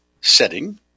setting